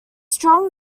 strong